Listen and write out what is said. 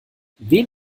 wen